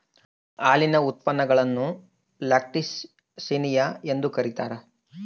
ಹಾಲಿನ ಉತ್ಪನ್ನಗುಳ್ನ ಲ್ಯಾಕ್ಟಿಸಿನಿಯ ಎಂದು ಕರೀತಾರ